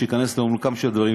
שייכנס לעומקם של דברים,